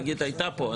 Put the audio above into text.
שגית הייתה פה.